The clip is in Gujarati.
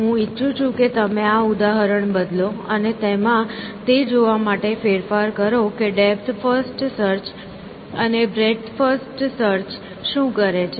હું ઇચ્છું છું કે તમે આ ઉદાહરણ બદલો અને તેમાં તે જોવા માટે ફેરફાર કરો કે ડેપ્થ ફર્સ્ટ સર્ચ અને બ્રેડ્થ ફર્સ્ટ સર્ચ શું કરે છે